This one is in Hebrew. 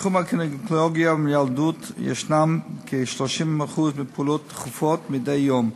בתחום הגינקולוגיה והמיילדות יש כ-30% פעולות דחופות מדי יום,